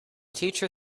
teacher